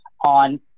on –